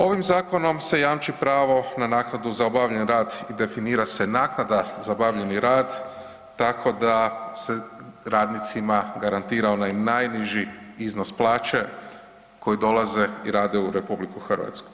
Ovim zakonom se jamči pravo na naknadu za obavljen rad i definira se naknada za obavljeni rad, tako da se radnicima garantira onaj najniži iznos plaće koji dolaze i rade u RH.